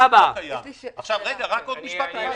רק עוד משפט אחד,